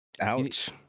Ouch